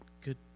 good